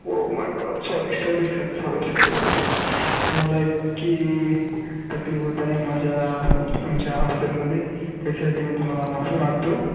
O my god sorry sorry sir sorry sorry sorry तुम्हाला इतकी तकलिफ होत आहे माझ्या आमच्या हॉटेलमध्ये त्याच्यासाठी मी तुम्हाला माफी मागतो